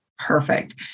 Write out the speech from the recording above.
Perfect